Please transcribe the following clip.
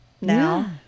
Now